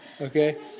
Okay